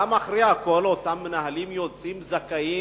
שאחרי הכול אותם מנהלים יוצאים זכאים,